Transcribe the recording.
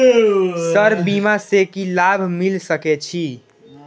Sir बीमा से की लाभ मिल सके छी?